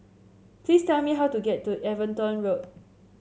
please tell me how to get to Everton Road